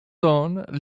son